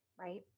right